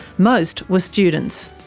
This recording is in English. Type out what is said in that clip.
most were students.